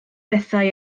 bethau